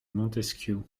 montesquiou